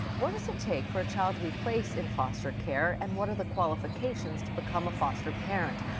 what does it take for a child to be placed in foster care and what are the qualifications to become a foster parent?